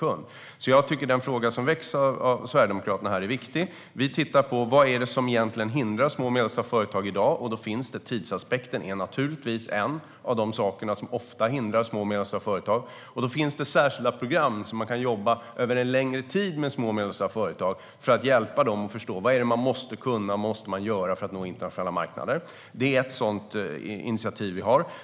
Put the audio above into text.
Jag tycker alltså att den fråga som väcks av Sverigedemokraterna är viktig. Vi tittar på vad som egentligen hindrar små och medelstora företag i dag, och tidsaspekten är naturligtvis en av de saker som ofta hindrar dem. Det finns särskilda program där man kan jobba över en längre tid med små och medelstora företag för att hjälpa dem att förstå vad de måste kunna och göra för att nå internationella marknader. Det är ett initiativ vi har.